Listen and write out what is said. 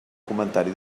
comentari